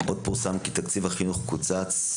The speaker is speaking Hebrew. עוד פורסם כי תקציב התוכנית קוצץ,